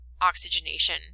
oxygenation